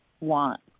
want